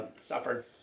suffered